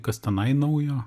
kas tenai naujo